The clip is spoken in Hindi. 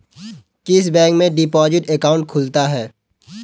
किस बैंक में डिपॉजिट अकाउंट खुलता है?